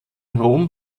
rom